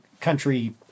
country